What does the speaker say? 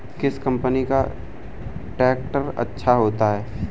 किस कंपनी का ट्रैक्टर अच्छा होता है?